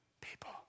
people